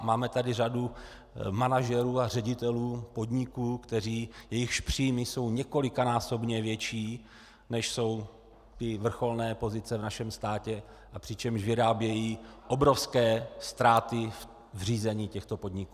Máme tady řadu manažerů a ředitelů podniků, jejichž příjmy jsou několikanásobně větší, než jsou vrcholné pozice v našem státě, přičemž vyrábějí obrovské ztráty v řízení těchto podniků.